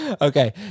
Okay